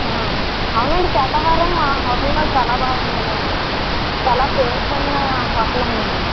అవునండి శాఖాహారం మా హోటల్లో చాలా బాగా ఉంటుందండి అసలు చాలా పేరుపొందిన హోటలండి మాది